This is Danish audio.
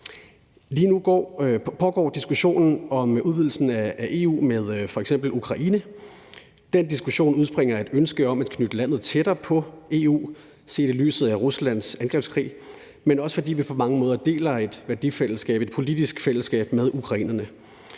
Lige nu pågår diskussionen om udvidelsen af EU med f.eks. Ukraine. Den diskussion udspringer af et ønske om at knytte landet tættere på EU set i lyset af Ruslands angrebskrig, men også fordi vi på mange måder deler et værdifællesskab og et